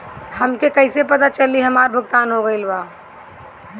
हमके कईसे पता चली हमार भुगतान हो गईल बा?